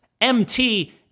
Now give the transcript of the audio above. mt